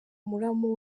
muramu